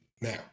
now